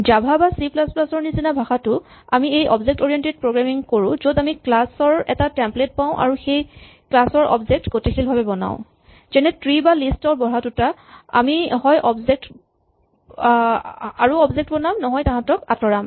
Java বা C plus plus ৰ নিচিনা ভাষাটো আমি এই অবজেক্ট অৰিয়েন্টেড প্ৰগ্ৰেমিং কৰো য'ত আমি ক্লাচ ৰ এটা টেম্পলেট পাওঁ আৰু সেই ক্লাচ ৰ অবজেক্ট গতিশীলভাৱে বনাওঁ যেনে ট্ৰী বা লিষ্ট ৰ বঢ়া টুটা আমি হয় আৰু অবজেক্ট বনাম নহয় তাঁহাতক আঁতৰাম